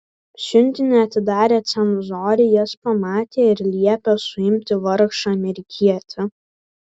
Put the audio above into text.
siuntinį atidarę cenzoriai jas pamatė ir liepė suimti vargšą amerikietį